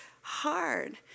hard